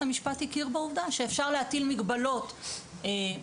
המשפט ממילא הכיר בעובדה שאפשר להטיל מגבלות משמעותיות